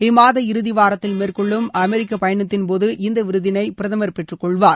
இம்மாத இறுதிவாரத்தில் மேற்கொள்ளும் அமெரிக்க பயனத்தின்போது இந்த விருதினை பிரதமர் பெற்றுக்கொள்வார்